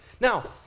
Now